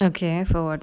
okay I forward